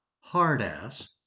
hard-ass